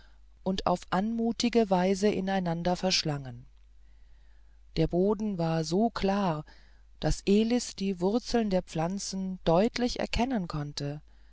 und auf anmutige weise ineinander verschlangen der boden war so klar daß elis die wurzeln der pflanzen deutlich erkennen konnte